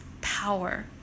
power